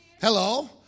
Hello